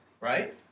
right